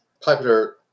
popular